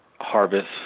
harvest